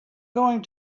going